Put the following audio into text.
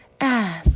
ask